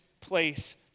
place